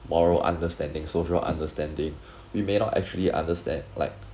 moral understanding social understanding we may not actually understand like